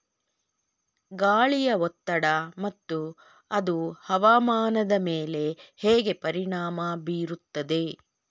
ಗಾಳಿಯ ಒತ್ತಡ ಮತ್ತು ಅದು ಹವಾಮಾನದ ಮೇಲೆ ಹೇಗೆ ಪರಿಣಾಮ ಬೀರುತ್ತದೆ?